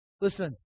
Listen